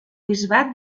bisbat